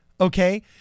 okay